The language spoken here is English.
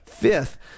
Fifth